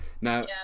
Now